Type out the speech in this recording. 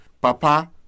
Papa